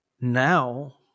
now